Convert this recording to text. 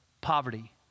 poverty